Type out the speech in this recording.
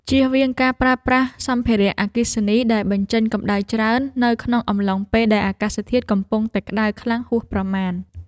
ជៀសវាងការប្រើប្រាស់សម្ភារៈអគ្គិសនីដែលបញ្ចេញកម្តៅច្រើននៅក្នុងអំឡុងពេលដែលអាកាសធាតុកំពុងតែក្តៅខ្លាំងហួសប្រមាណ។